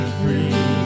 free